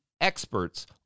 experts